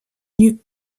nus